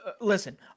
Listen